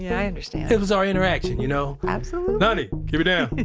yeah i understand that was our interaction, you know? absolutely lonny! keep it down.